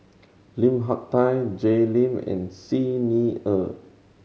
Lim Hak Tai Jay Lim and Xi Ni Er